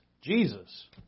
Jesus